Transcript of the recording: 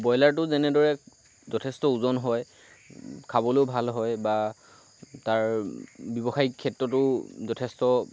ব্ৰইলাৰটো যেনেদৰে যথেষ্ট ওজন হয় খাবলৈও ভাল হয় বা তাৰ ব্যৱসায়িক ক্ষেত্ৰতো যথেষ্ট